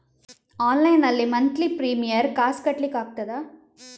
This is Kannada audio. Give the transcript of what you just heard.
ಆನ್ಲೈನ್ ನಲ್ಲಿ ಮಂತ್ಲಿ ಪ್ರೀಮಿಯರ್ ಕಾಸ್ ಕಟ್ಲಿಕ್ಕೆ ಆಗ್ತದಾ?